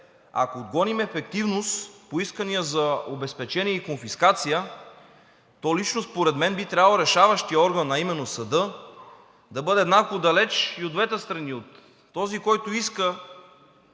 Ако гоним ефективност по искания за обезпечения и конфискация, то лично според мен би трябвало решаващият орган, а именно съдът, да бъде малко далеч и от двете страни – и от този, който иска